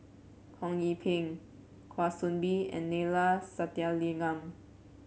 Ho Yee Ping Kwa Soon Bee and Neila Sathyalingam